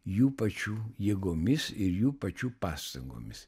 jų pačių jėgomis ir jų pačių pastangomis